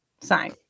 sign